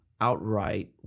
outright